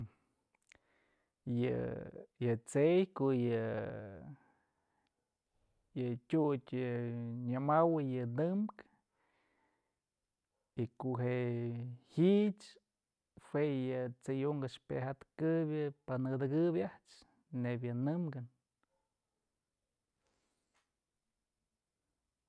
Yë t'sey ko'o yë yë tyutyë nyamawë yë nëmkë y ko'o je'e ji'ich jue yë t'sey unkë a'ax pyajëkëbyë panëdëkyëb a'ax nebyë yë nëmkë.